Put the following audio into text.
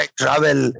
travel